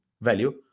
value